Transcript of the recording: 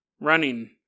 running